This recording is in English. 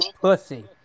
pussy